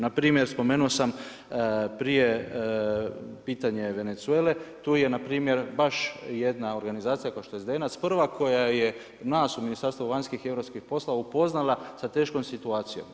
Npr. spomenuo sam prije pitanje Venezuele, tu je na primjer baš jedna organizacija kao što je Zdenac prva koja je nas u Ministarstvu vanjskih i europskih poslova upoznala sa teškom situacijom.